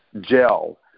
Gel